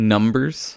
Numbers